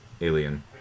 Alien